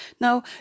Now